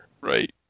Right